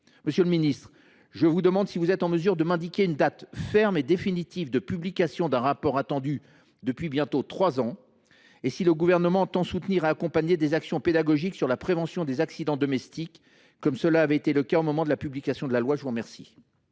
Monsieur le ministre, êtes vous en mesure de nous indiquer une date ferme et définitive de publication d’un rapport attendu depuis bientôt trois ans ? Le Gouvernement entend il soutenir et accompagner des actions pédagogiques sur la prévention des accidents domestiques, comme cela avait été le cas au moment de la publication de la loi ? La parole